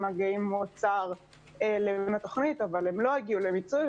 מגעים עם האוצר למימון התוכנית אבל הם לא הגיעו למיצוי.